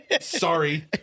sorry